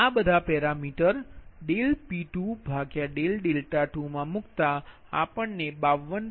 આ બધા parameter P22 મા મૂકતા આપણ ને 52